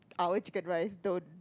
our chicken rice don't